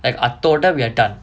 like I told them we are done